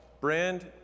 brand